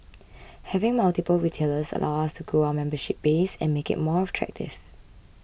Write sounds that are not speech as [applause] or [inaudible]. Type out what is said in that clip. [noise] having multiple retailers allows us to grow our membership base and make it more attractive